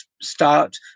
start